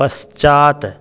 पश्चात्